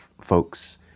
folks